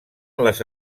les